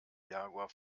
jaguar